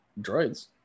droids